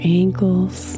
ankles